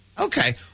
Okay